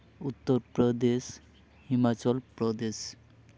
Uttar Pradesh Himachal Pradesh